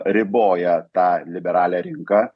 riboja tą liberalią rinką